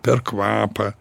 per kvapą